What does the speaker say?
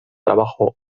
trabajo